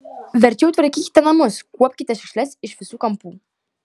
verčiau tvarkykite namus kuopkite šiukšles iš visų kampų